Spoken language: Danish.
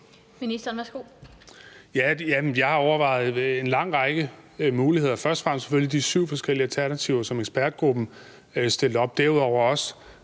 Bek): Ja, vi har overvejet en lang række muligheder, først og fremmest selvfølgelig de syv forskellige alternativer, som ekspertgruppen stillede op,